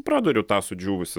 praduriu tą sudžiūvusį